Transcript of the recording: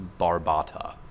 Barbata